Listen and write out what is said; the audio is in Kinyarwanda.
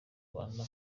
rwanda